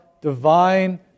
divine